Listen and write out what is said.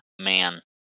man